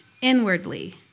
inwardly